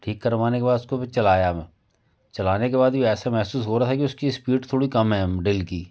ठीक करवाने के बाद उसको फिर चलाया चलाने के बाद भी ऐसे महसूस हो रहा है कि उसकी स्पीड थोड़ी कम है ड्रिल की